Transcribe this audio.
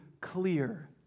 clear